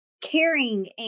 caring